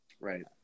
Right